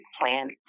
plan